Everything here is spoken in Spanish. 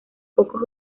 pocos